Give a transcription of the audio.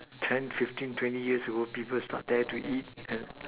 ten fifteen twenty years ago people start dare to eat and